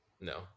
No